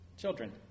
Children